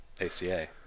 ACA